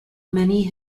many